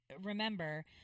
remember